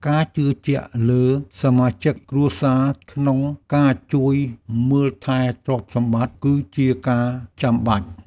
ការជឿជាក់លើសមាជិកគ្រួសារក្នុងការជួយមើលថែទ្រព្យសម្បត្តិ គឺជាការចាំបាច់។